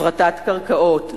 הפרטת קרקעות.